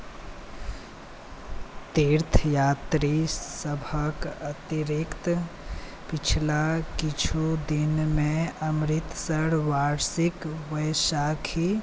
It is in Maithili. तीर्थयात्री सभके अतिरिक्त पछिला किछु दिनमे अमृतसर वार्षिक बैसाखी